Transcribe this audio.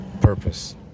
purpose